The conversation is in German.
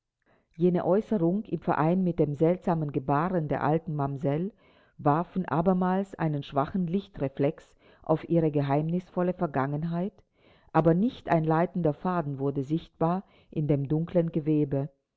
jene aeußerung im verein mit dem seltsamen gebaren der alten mamsell warfen abermals einen schwachen lichtreflex auf ihre geheimnisvolle vergangenheit aber nicht ein leitender faden wurde sichtbar in dem dunklen gewebe